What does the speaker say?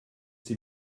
sie